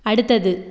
அடுத்தது